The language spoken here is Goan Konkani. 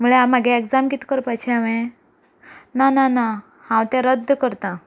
म्हळ्यार म्हजी एग्जाम कितें करपाची हांवें ना ना ना हांव तें रद्द करता